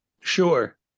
Sure